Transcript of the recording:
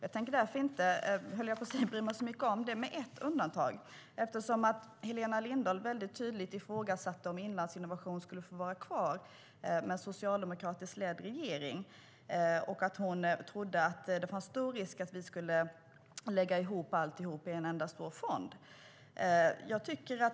Jag tänker inte bry mig så mycket om det, med ett undantag. Helena Lindahl ifrågasatte tydligt om Inlandsinnovation skulle få vara kvar med en socialdemokratiskt ledd regering. Hon trodde att det finns en stor risk att vi ska lägga ihop alltihop i en enda stor fond.